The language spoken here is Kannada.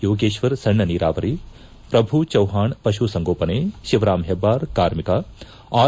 ಯೋಗೇಶ್ವರ್ ಸಣ್ಣ ನೀರಾವರಿ ಪ್ರಭು ಚವ್ವಾಕ್ ಪುಸಂಗೋಪನೆ ಶಿವರಾಂ ಹೆಬ್ದಾರ್ ಕಾರ್ಮಿಕ ಆರ್